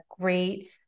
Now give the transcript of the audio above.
great